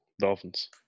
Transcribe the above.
Dolphins